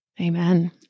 Amen